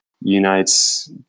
unites